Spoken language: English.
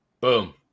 Boom